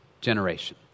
generation